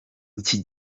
iki